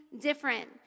different